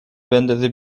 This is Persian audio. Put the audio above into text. بندازه